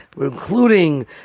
including